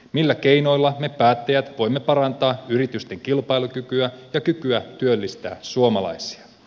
millä keinoilla me päättäjät voimme parantaa yritysten kilpailukykyä ja kykyä työllistää suomalaisia